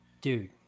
Dude